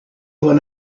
when